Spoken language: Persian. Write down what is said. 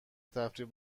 تفریح